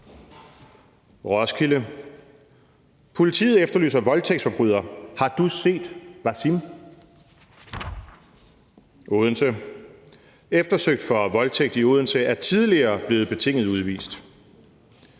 Roskilde: »Politiet efterlyser voldtægtsforbryder: Har du set Wasim?« Odense: »Eftersøgt for voldtægt i Odense er tidligere blevet betinget udvist«.